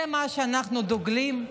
זה מה שאנחנו דוגלים בו?